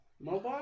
Mobile